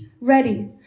ready